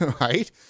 right